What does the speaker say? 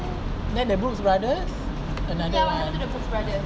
then the brooks brother another one